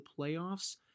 playoffs